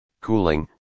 Cooling